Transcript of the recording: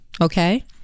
Okay